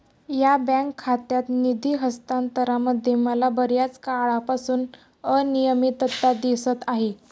या बँक खात्यात निधी हस्तांतरणामध्ये मला बर्याच काळापासून अनियमितता दिसत आहे